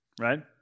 right